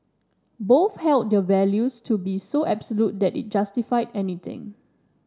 both held their values to be so absolute that it justified anything